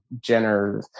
jenner